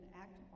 act